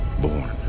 born